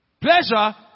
pleasure